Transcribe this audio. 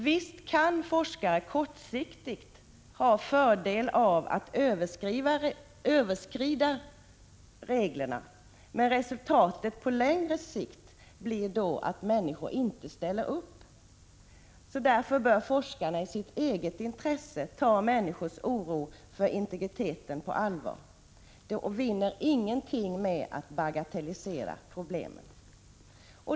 Visst kan forskare kortsiktigt ha fördel av att överskrida reglerna, men resultatet på längre sikt blir då att människor inte ställer upp. Forskarna bör i sitt eget intresse ta människors oro för integriteten på allvar. De vinner ingenting på att bagatellisera problemen.